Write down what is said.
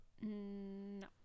No